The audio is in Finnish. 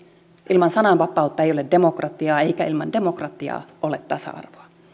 ilman sananva pautta ei ole demokratiaa eikä ilman demokratiaa ole tasa